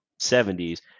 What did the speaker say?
70s